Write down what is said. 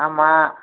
ஆமாம்